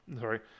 Sorry